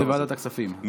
בוועדת הכספים, אתה מציע?